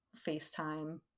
FaceTime